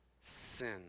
sin